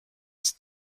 ist